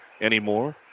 anymore